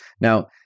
Now